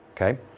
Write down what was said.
Okay